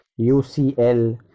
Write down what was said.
UCL